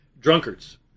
drunkards